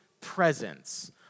presence